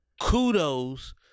Kudos